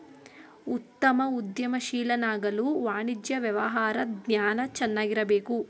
ಉತ್ತಮ ಉದ್ಯಮಶೀಲನಾಗಲು ವಾಣಿಜ್ಯ ವ್ಯವಹಾರ ಜ್ಞಾನ ಚೆನ್ನಾಗಿರಬೇಕು